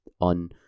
on